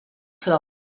club